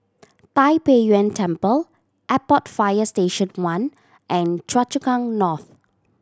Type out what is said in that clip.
Tai Pei Yuen Temple Airport Fire Station One and Choa Chu Kang North